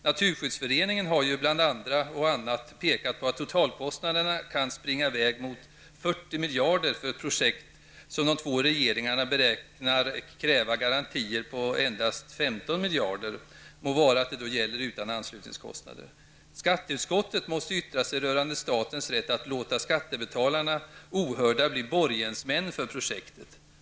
Naturskyddsföreningen har ju bland andra och bl.a. pekat på att totalkostnaderna kan springa i väg mot 40 miljarder för ett projekt som de två regeringarna beräknar kräva garantier för på endast 15 miljarder, må vara att det då gäller utan anslutningskostnader. Skatteutskottet måste yttra sig rörande statens rätt att låta skattebetalarna ohörda bli borgensmän för projektet.